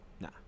Nah